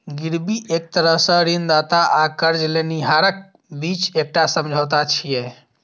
गिरवी एक तरह सं ऋणदाता आ कर्ज लेनिहारक बीच एकटा समझौता छियै